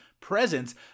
presence